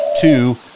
two